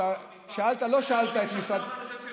תחבורה ציבורית.